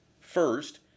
First